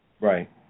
Right